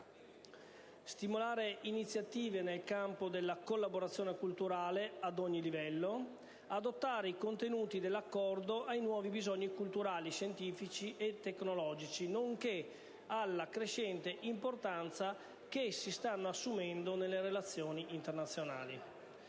stimolare iniziative nel campo della collaborazione culturale, ad ogni livello; adattare i contenuti dell'Accordo ai nuovi bisogni culturali, scientifici e tecnologici, nonché alla crescente importanza che essi stanno assumendo nelle relazioni internazionali.